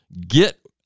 get